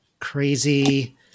crazy